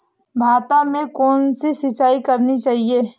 भाता में कौन सी सिंचाई करनी चाहिये?